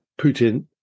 Putin